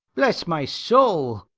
bless my soul,